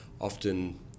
Often